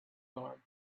arm